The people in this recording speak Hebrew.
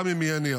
גם אם יהיה נייר.